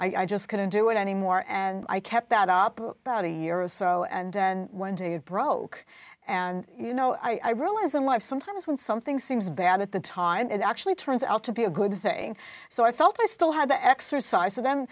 and i just couldn't do it anymore and i kept that up about a year or so and then one day it broke and you know i realized in life sometimes when something seems bad at the time it actually turns out to be a good thing so i felt i still had to exercise so then